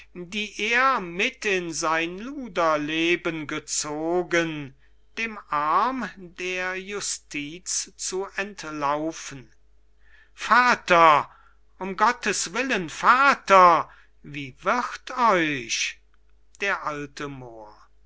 die er mit in sein luderleben gezogen dem arm der justiz zu entlaufen vater um gotteswillen vater wie wird euch d a moor